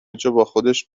جاباخودش